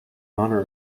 honor